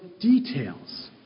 details